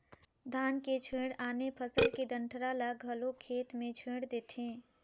धान के छोयड़ आने फसल के डंठरा ल घलो खेत मे छोयड़ देथे